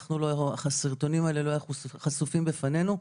הסרטונים האלה לא חשופים בפנינו.